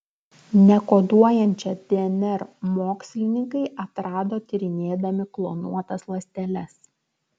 nekoduojančią dnr mokslininkai atrado tyrinėdami klonuotas ląsteles